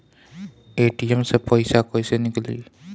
ATM से पइसा कइसे निकली?